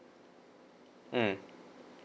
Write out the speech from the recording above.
mm